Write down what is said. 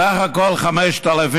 בסך הכול 5,700,